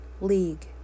League